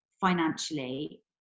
financially